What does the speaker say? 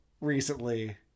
recently